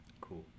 Cool